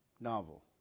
novel